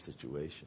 situation